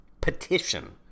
Petition